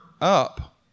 up